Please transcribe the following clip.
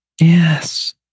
Yes